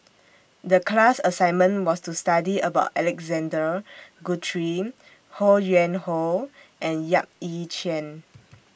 The class assignment was to study about Alexander Guthrie Ho Yuen Hoe and Yap Ee Chian